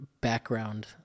background